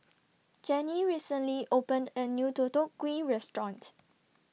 Jerrie recently opened A New Deodeok Gui Restaurant